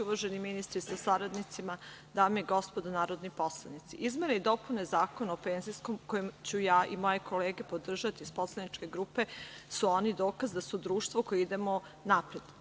Uvaženi ministre sa saradnicima, dame i gospodo narodni poslanici, izmene i dopune Zakona o PIO koje ću ja i moje kolege podržati iz poslaničke grupe su dokaz da su društvo koje ide napred.